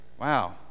Wow